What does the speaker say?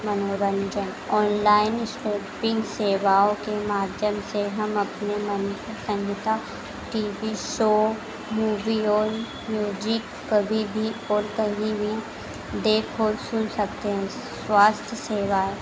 मनोरंजन online shopping सेवाओं के माध्यम से हम अपने मनपसंद का टी वी शो मूवी और म्यूजिक कभी भी और कहीं भी देख और सुन सकते हैं स्वास्थ्य सेवाएँ